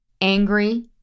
angry